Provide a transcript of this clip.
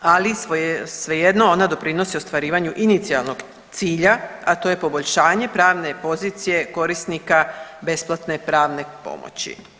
ali svejedno ona doprinosi ostvarivanju inicijalnog cilja, a to je poboljšanje pravne pozicije korisnika besplatne pravne pomoći.